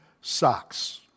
socks